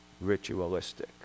ritualistic